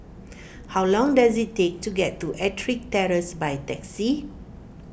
how long does it take to get to Ettrick Terrace by taxi